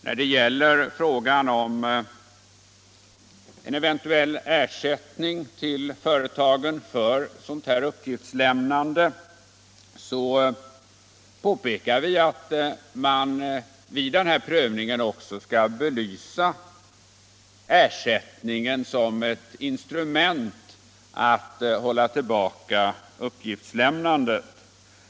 I vad gäller eventuell ersättning till företagen för detta uppgiftslämnande så påpekar vi att man vid prövningen också skall belysa ersättningen som ett instrument för att minska uppgiftslämnandet.